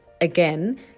again